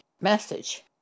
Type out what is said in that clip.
message